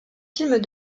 films